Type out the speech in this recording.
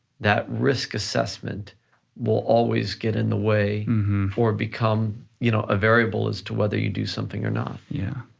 that risk assessment will always get in the way or become you know a variable as to whether you do something or not. yeah.